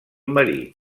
marí